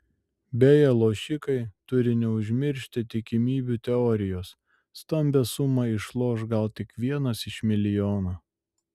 beje lošikai turi neužmiršti tikimybių teorijos stambią sumą išloš gal tik vienas iš milijono